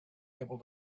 able